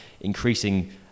increasing